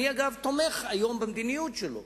אגב, אני תומך היום במדיניות שלו.